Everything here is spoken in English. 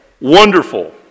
Wonderful